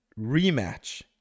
rematch